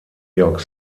york